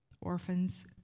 orphans